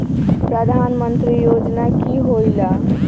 प्रधान मंत्री योजना कि होईला?